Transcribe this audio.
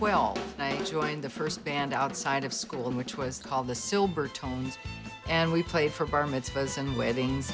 i joined the first band outside of school which was called the silbert tones and we played for bar mitzvahs and weddings